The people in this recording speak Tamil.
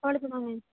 அவ்வளோதானா மேம்